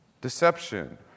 Deception